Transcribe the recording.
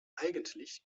eigentlich